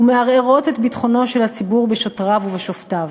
ומערערות את ביטחונו של הציבור בשוטריו ובשופטיו".